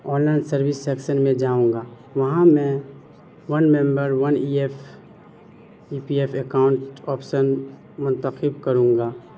on line service section میں جاؤں گا وہاں میں one number one E F E P F account option منتخب کروں گا